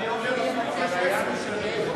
אני אומר: אפילו, שנים זה נימוק.